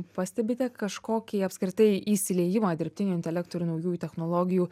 pastebite kažkokį apskritai įsiliejimą į dirbtinio intelekto ir naujųjų technologijų